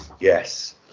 yes